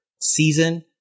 season